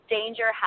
Danger